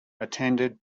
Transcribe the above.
attended